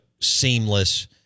seamless